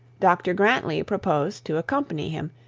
dr grantly proposed to accompany him,